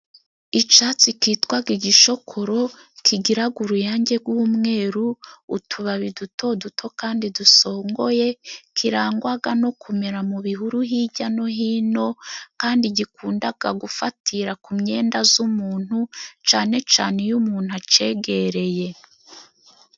Icatsi kitwaga igishokoro kigiraga uruyange gw'umweru, utubabi duto duto kandi dusongoye, kirangwaga no kumera mu bihuru hirya no hino, kandi gikundaga gufatira ku myenda z'umuntu, cane cane iyo umuntu acegereye.